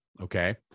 Okay